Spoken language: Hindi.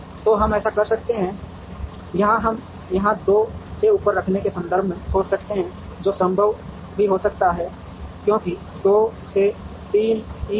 तो हम ऐसा कर सकते हैं या हम यहाँ 2 से ऊपर रखने के संदर्भ में सोच सकते हैं जो संभव भी हो सकता है क्योंकि 2 से 3 ई है